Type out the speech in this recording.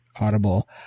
Audible